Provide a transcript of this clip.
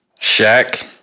Shaq